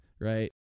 right